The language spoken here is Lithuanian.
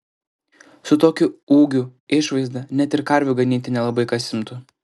su tokiu ūgiu išvaizda net ir karvių ganyti nelabai kas imtų